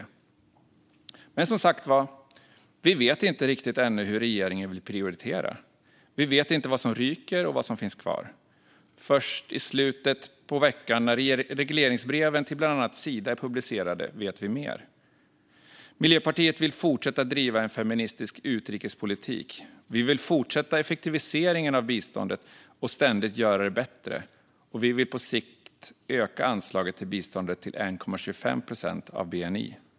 Vi vet som sagt var ännu inte riktigt hur regeringen vill prioritera. Vi vet inte vad som ryker och vad som finns kvar. Först i slutet på veckan när regleringsbreven till bland annat Sida är publicerade vet vi mer. Miljöpartiet vill fortsätta att driva en feministisk utrikespolitik. Vi vill fortsätta effektiviseringen av biståndet och ständigt göra det bättre. Vi vill på sikt också öka anslaget till biståndet till 1,25 procent av bni.